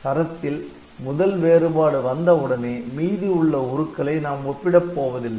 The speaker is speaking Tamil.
சரத்தில் முதல் வேறுபாடு வந்த உடனே மீதி உள்ள உருக்களை நாம் ஒப்பிடப் போவதில்லை